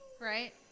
Right